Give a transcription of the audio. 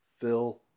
fill